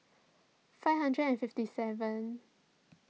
five hundred and fifty seven